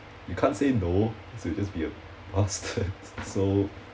you can't say no else you'll just be a bastard so